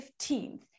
15th